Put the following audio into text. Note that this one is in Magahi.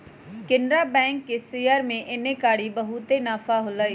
केनरा बैंक के शेयर में एन्नेकारी बहुते नफा होलई